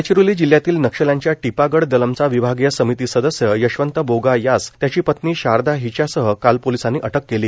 गडचिरोली जिल्ह्यातील नक्षल्यांच्या टिपागड दलमचा विभागीय समिती सदस्य यशवंत बोगा यास त्याची पत्नी शारदा हिच्यासह काल पोलिसांनी अटक केली